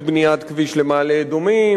לבניית כביש למעלה-אדומים,